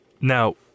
Now